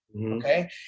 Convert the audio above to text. Okay